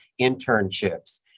internships